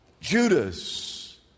Judas